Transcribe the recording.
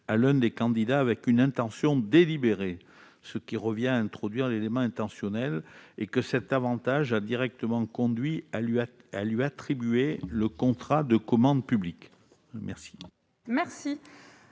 à l'un des candidats avec une intention délibérée- cela revient à réintroduire l'élément intentionnel -et que cet avantage a directement conduit à lui attribuer le contrat de la commande publique. Quel